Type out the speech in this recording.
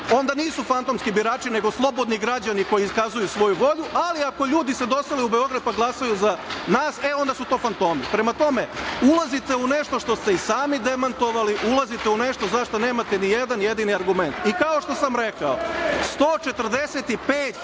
onda nisu fantomski birači nego slobodni građani koji iskazuju svoju volju, ali ako ljudi se dosele u Beograd pa glasaju za nas e onda su to fantomi? Prema tome, ulazite u nešto što ste i sami demantovali, ulazite u nešto za šta nemate nijedan jedini argument. I kao što sam rekao, za